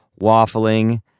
waffling